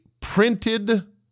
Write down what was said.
printed